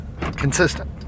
consistent